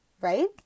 right